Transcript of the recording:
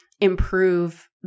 improve